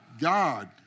God